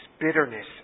bitterness